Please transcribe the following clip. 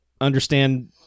understand